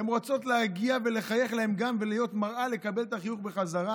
הן רוצות להגיע ולחייך גם אליהם ולהיות מראה ולקבל את החיוך בחזרה.